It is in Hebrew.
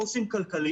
כולנו קורסים כלכלית.